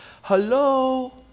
Hello